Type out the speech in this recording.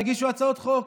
תגישו הצעות חוק.